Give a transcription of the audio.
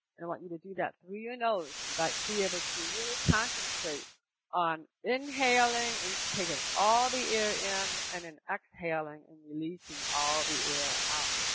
and want you to do that through your nose, and but be able to really concentrate on inhaling and you taking all the air in and then and exhaling, releasing all the air out.